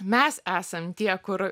mes esam tie kur